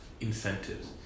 incentives